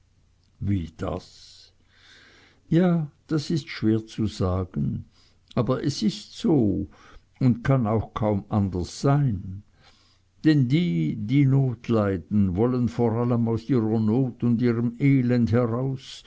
wie das ja das ist schwer zu sagen aber es ist so und kann auch kaum anders sein denn die die not leiden wollen vor allem aus ihrer not und ihrem elend heraus